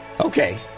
Okay